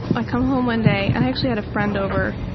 i come home one day, i actually had a friend over